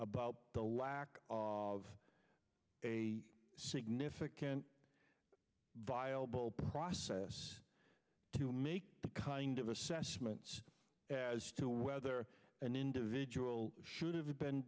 about the lack of a significant bio ball process to make the kind of assessments as to whether an individual should have been